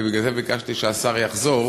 ובגלל זה ביקשתי שהשר יחזור,